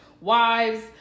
wives